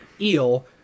eel